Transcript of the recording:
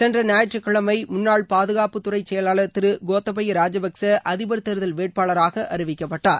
சென்ற ஞாயிற்றுக்கிழமை முன்னாள் பாதுகாப்புத்துறை செயலாளர் திரு கோத்தபயா ராஜபக்சா அதிபர் தேர்தல் வேட்பாளராக அறிவிக்கப்பட்டார்